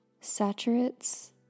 saturates